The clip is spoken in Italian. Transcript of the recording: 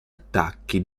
attacchi